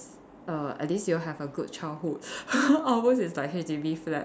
err at least you have a good childhood ours is like H_D_B flat